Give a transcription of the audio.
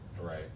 Right